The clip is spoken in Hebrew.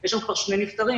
יש שם כבר שני נפטרים.